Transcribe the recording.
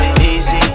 easy